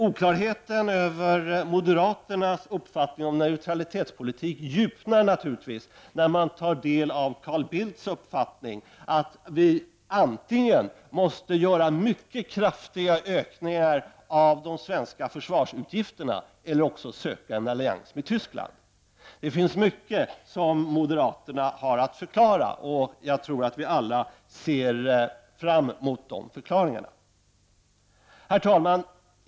Oklarheten över moderaternas uppfattning om neutralitetspolitiken djupnar naturligtvis när man tar del av Carl Bildts uppfattning att det antingen måste ske mycket kraftiga ökningar av det svenska försvarsutgifterna eller att vi söker en allians med Tyskland. Det finns mycket som moderaterna har att förklara, och jag tror att vi alla ser fram emot dessa förklaringar. Herr talman!